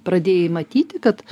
pradėjai matyti kad